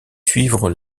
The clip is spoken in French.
suivre